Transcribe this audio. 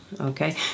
okay